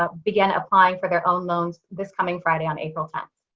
ah begin applying for their own loans this coming friday on april tenth.